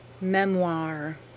Memoir